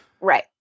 Right